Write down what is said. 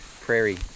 prairie